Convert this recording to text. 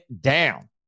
down